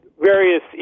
various